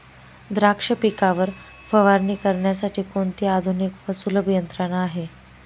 द्राक्ष पिकावर फवारणी करण्यासाठी कोणती आधुनिक व सुलभ यंत्रणा आहे?